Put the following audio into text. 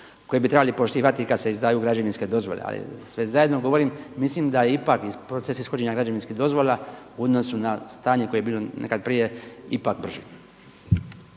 koji bi trebali poštivati kada se izdaju građevinske dozvole ali sve zajedno govorim, mislim da je ipak proces ishođenja građevinskih dozvola u odnosu na stanje koje je bilo nekad prije ipak brži.